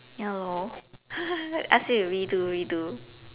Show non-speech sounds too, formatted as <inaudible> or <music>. ya lor <laughs> ask you to redo redo